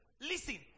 Listen